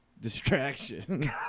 distraction